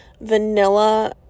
vanilla